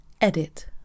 Edit